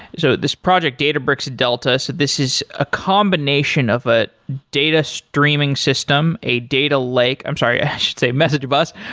so this project databricks delta, so this is a combination of a data streaming system, a data lake i'm sorry, i should say message bus.